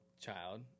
child